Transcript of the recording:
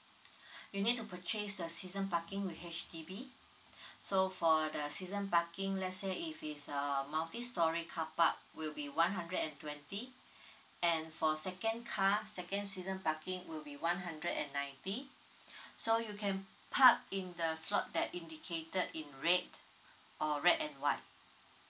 you need to purchase the season parking with H_D_B so for the season parking let's say if it's uh multi storey car park will be one hundred and twenty and for second car second season parking will be one hundred and ninety so you can park in the slot that indicated in red or red and white